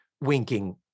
winking